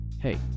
hey